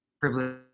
privilege